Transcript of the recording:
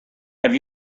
have